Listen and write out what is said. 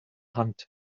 hunt